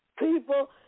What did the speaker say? People